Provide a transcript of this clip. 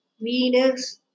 Venus